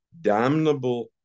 damnable